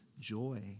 joy